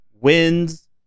wins